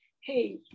hey